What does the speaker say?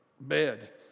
bed